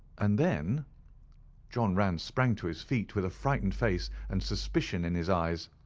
and then john rance sprang to his feet with a frightened face and suspicion in his eyes.